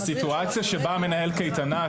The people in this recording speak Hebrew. הסיטואציה בה מנהל קייטנה,